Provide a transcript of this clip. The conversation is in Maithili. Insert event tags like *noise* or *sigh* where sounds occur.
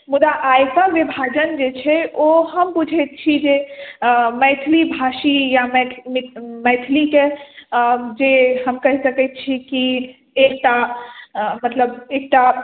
मुदा *unintelligible* विभाजन जे छै ओ हम बुझैत छी जे मैथिली भाषी या मैथिलीके जे हम कहि सकैत छी कि एकटा मतलब एकटा